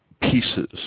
pieces